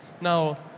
Now